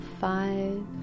five